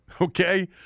Okay